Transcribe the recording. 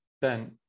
Ben